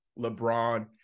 LeBron